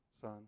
son